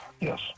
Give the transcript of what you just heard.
Yes